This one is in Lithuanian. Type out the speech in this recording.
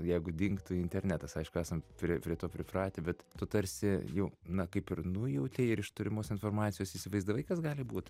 jeigu dingtų internetas aišku esam prie prie to pripratę bet tu tarsi jau na kaip ir nujautei ir iš turimos informacijos įsivaizdavai kas gali būt